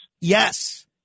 Yes